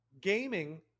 Gaming